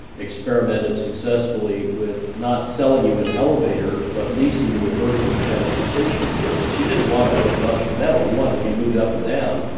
experimented successfully with not selling you an elevator, but leasing you a vertical transportation service. you didn't want to own a bunch of metal, you wanted to be moved up and down,